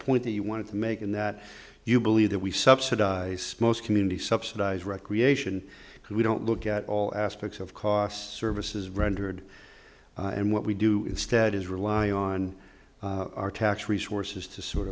point that you wanted to make in that you believe that we subsidize most communities subsidize recreation we don't look at all aspects of cost services rendered and what we do instead is rely on our tax resources to sort